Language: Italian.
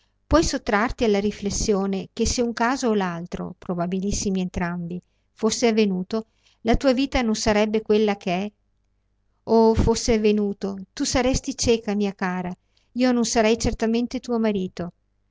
puoi sottrarti alla riflessione che se un caso o l'altro probabilissimi entrambi fosse avvenuto la tua vita non sarebbe quella che è oh fosse avvenuto tu saresti cieca mia cara io non sarei certamente tuo marito